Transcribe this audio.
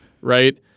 right